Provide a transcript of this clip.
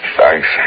Thanks